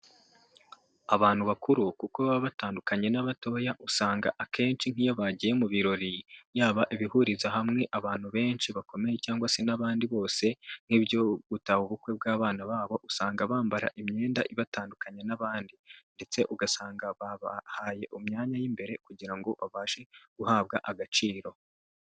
Abantu bakuru kuko baba batandukanye n'abatoya, usanga akenshi nk'iyo bagiye mu birori, yaba ibihuriza hamwe abantu benshi bakomeye cyangwa se n'abandi bose nk'ibyo gutaha ubukwe bw'abana babo, usanga bambara imyenda ibatandukanya n'abandi ndetse ugasanga babahaye imyanya y'imbere kugira ngo babashe guhabwa agaciro.